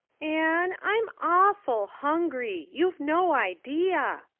anne, i'm awful hungry. you've no idea.